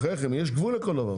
בחייכם, יש גבול לכל דבר.